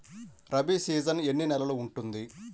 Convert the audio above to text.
Rabi season ఎన్ని నెలలు ఉంటుంది?